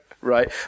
Right